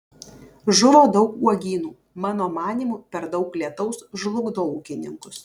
žuvo daug uogynų mano manymu per daug lietaus žlugdo ūkininkus